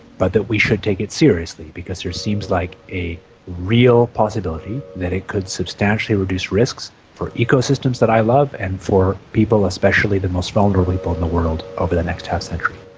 but that we should take it seriously because there seems like a real possibility that it could substantially reduce risks for ecosystems that i love and for people, especially the most vulnerable people in the world, over the next half-century.